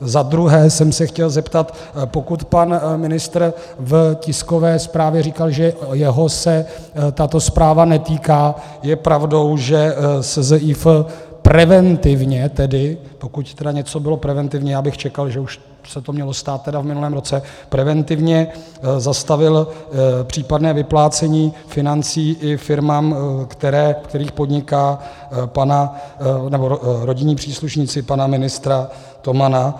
Za druhé jsem se chtěl zeptat, pokud pan ministr v tiskové zprávě říkal, že jeho se tato zpráva netýká: Je pravdou, že SZIF preventivně pokud tedy něco bylo preventivně, já bych čekal, že už se to mělo stát v minulém roce preventivně zastavil případné vyplácení financí i firmám, ve kterých podnikají rodinní příslušníci pana ministra Tomana?